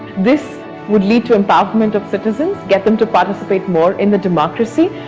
this would lead to empowerment of citizens, get them to participate more in the democracy,